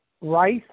rice